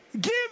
Give